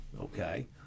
okay